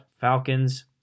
Falcons